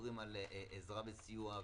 מדברים על עזרה וסיוע וטיפול,